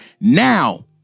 Now